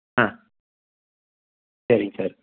ஆ சரிங்க சார்